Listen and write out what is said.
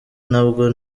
nabwo